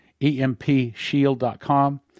empshield.com